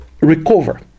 recover